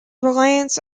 reliance